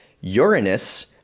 Uranus